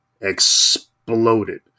exploded